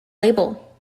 label